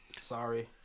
sorry